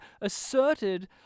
asserted